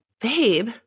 babe